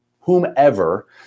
whomever